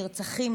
נרצחים,